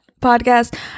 podcast